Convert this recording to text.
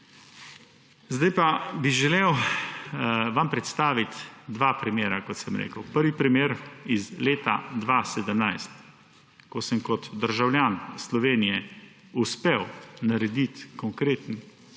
Zdaj pa bi želel vam predstaviti dva primera, kot sem rekel. Prvi primer iz leta 2017, ko sem kot državljan Slovenije uspel narediti konkreten